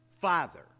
Father